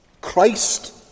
Christ